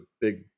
big